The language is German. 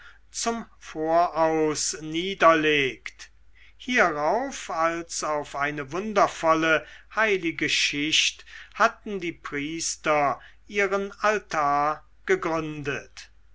zum voraus niederlegt hierauf als auf eine wundervolle heilige schicht hatten die priester ihren altar gegründet